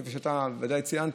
כפי שאתה ציינת,